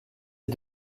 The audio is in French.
est